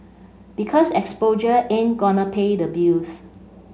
because exposure ain't gonna pay the bills